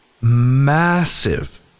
massive